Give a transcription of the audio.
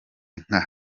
nka